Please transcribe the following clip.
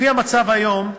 לפי המצב היום,